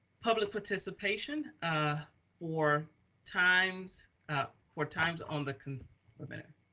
public participation ah four times ah four times on the con a minute.